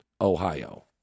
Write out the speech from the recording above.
Ohio